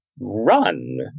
run